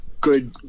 good